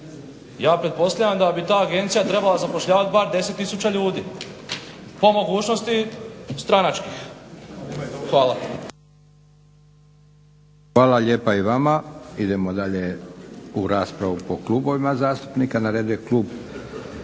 Ja pretpostavljam da bi ta agencija trebala zapošljavati bar 10000 ljudi po mogućnosti stranačkih. Hvala. **Leko, Josip (SDP)** Hvala lijepa i vama. Idemo dalje u raspravu po klubovima zastupnika.